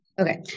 Okay